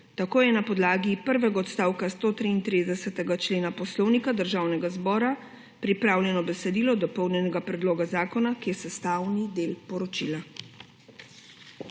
sprejel. Na podlagi prvega odstavka 133. člena Poslovnika Državnega zbora pripravljeno besedilo dopolnjenega predloga zakona, ki je sestavi del poročila.